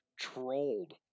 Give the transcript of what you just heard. trolled